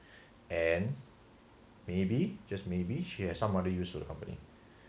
and maybe just maybe just maybe she has some other use to the company